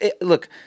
Look